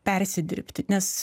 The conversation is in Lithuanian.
persidirbti nes